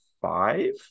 five